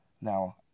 Now